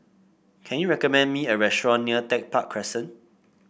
can you recommend me a restaurant near Tech Park Crescent